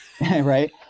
Right